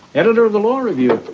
editor of the law review